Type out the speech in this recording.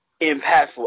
impactful